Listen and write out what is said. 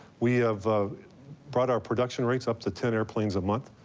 we have brought our production rate up to ten airplanes a month,